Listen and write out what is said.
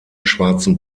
schwarzen